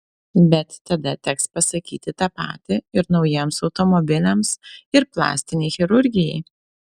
bet tada teks pasakyti tą patį ir naujiems automobiliams ir plastinei chirurgijai